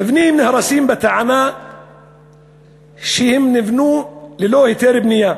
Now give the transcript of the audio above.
המבנים נהרסים בטענה שהם נבנו ללא היתר בנייה.